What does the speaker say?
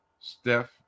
Steph